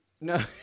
no